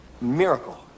miracle